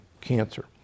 cancer